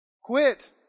Quit